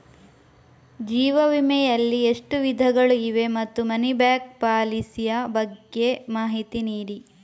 ಜೀವ ವಿಮೆ ಯಲ್ಲಿ ಎಷ್ಟು ವಿಧಗಳು ಇವೆ ಮತ್ತು ಮನಿ ಬ್ಯಾಕ್ ಪಾಲಿಸಿ ಯ ಬಗ್ಗೆ ಮಾಹಿತಿ ನೀಡಿ?